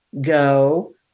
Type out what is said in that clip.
go